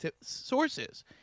sources